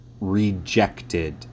rejected